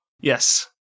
Yes